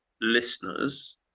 listeners